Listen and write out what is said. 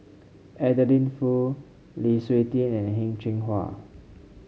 Adeline Foo Lu Suitin and Heng Cheng Hwa